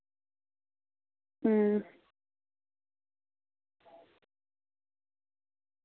अं